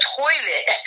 toilet